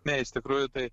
ne iš tikrųjų tai